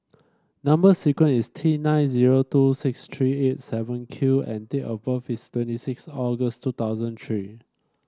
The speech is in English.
number sequence is T nine zero two six three eight seven Q and date of birth is twenty six August two thousand three